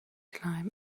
can